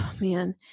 man